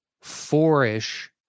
four-ish